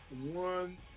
one